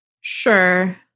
Sure